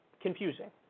confusing